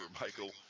Michael